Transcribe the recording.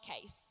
case